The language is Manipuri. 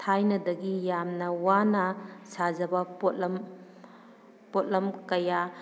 ꯊꯥꯏꯅꯗꯒꯤ ꯌꯥꯝꯅ ꯋꯥꯅ ꯁꯥꯖꯕ ꯄꯣꯠꯂꯝ ꯄꯣꯠꯂꯝ ꯀꯌꯥ